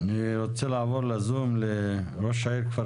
אני רוצה לעבור לזום לראש העיר כפר